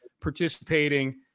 participating